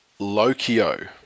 Lokio